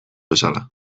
bezala